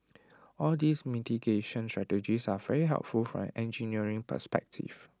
all these mitigation strategies are very helpful from an engineering perspective